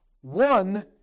One